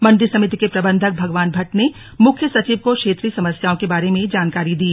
मंदिर समिति के प्रबंधक भगवान भट्ट ने मुख्य सचिव को क्षेत्रीय समस्याओं के बारे में जानकारी दी